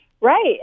Right